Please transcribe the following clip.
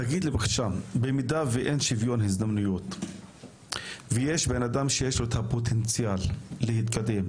במידה ואין שוויון הזדמנויות ויש אדם שיש לו פוטנציאל להתקדם,